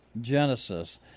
genesis